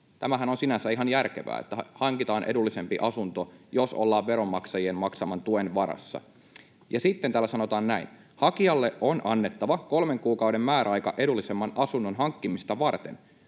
Tämähän on sinänsä ihan järkevää, että hankitaan edullisempi asunto, jos ollaan veronmaksajien maksaman tuen varassa. Ja sitten täällä sanotaan näin: ”Hakijalle on annettava kolmen kuukauden määräaika edullisemman asunnon hankkimista varten.